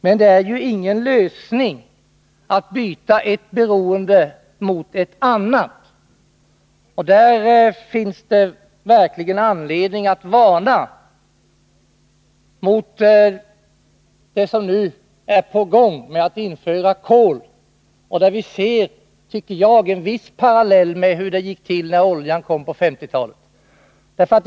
Men det är ingen lösning att byta ett beroende mot ett annat. Därför finns det verkligen anledning att varna för det som nu är på gång med införande av kol. Vi kan, tycker jag, se en viss parallell till hur det gick till när oljan kom på 1950-talet.